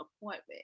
appointment